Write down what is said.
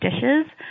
dishes